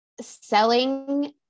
selling